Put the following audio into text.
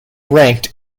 ranked